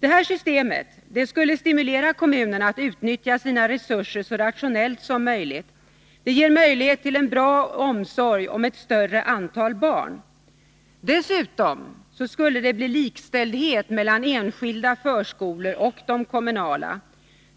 Det här systemet skulle stimulera kommunerna att utnyttja sina resurser så rationellt som möjligt. Det ger möjlighet till en bra omsorg om ett större antal barn. Dessutom skulle det bli likställdhet mellan enskilda förskolor och de kommunala.